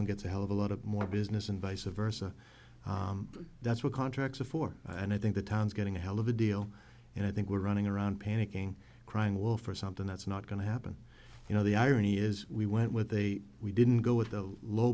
one gets a hell of a lot of more business and vice a versa that's what contracts are for and i think the town's getting a hell of a deal and i think we're running around panicking crying wolf for something that's not going to happen you know the irony is we went with a we didn't go with the low